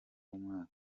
w’umwaka